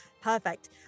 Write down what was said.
Perfect